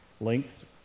lengths